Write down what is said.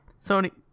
sony